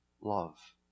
love